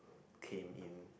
came in